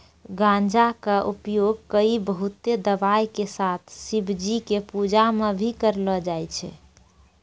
गांजा कॅ उपयोग कई बहुते दवाय के साथ शिवजी के पूजा मॅ भी करलो जाय छै